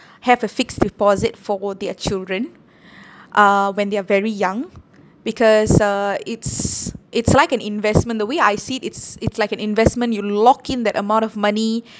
have a fixed deposit for their children uh when they are very young because uh it's it's like an investment the way I see it's it's like an investment you lock in that amount of money